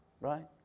right